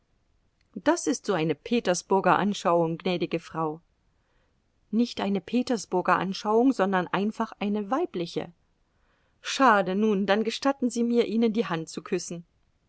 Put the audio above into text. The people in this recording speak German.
das ist so eine petersburger anschauung gnädige frau nicht eine petersburger anschauung sondern einfach eine weibliche schade nun dann gestatten sie mir ihnen die hand zu küssen